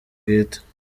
bwite